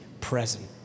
present